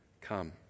come